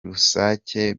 rusake